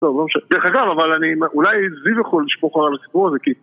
לא לא מש... דרך אגב אבל אני מ... אולי זיו יכול לשפוך אור על הסיפור הזה